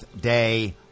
day